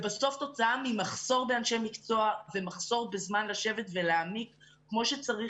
בסוף תוצאה ממחסור באנשי מקצוע ומחסור בזמן לשבת ולהעמיק כמו שצריך